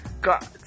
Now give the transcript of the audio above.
God